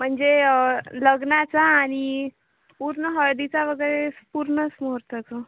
म्हणजे लग्नाचा आणि पूर्ण हळदीचा वगैरे पूर्णच मुहूर्ताचं